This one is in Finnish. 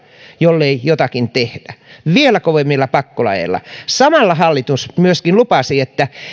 jollei jotakin tehdä vielä kovemmilla pakkolaeilla samalla hallitus myöskin lupasi että